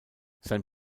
sein